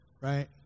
right